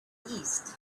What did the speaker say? east